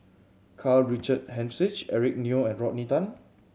Karl Richard Hanitsch Eric Neo and Rodney Tan